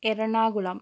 Ernakulam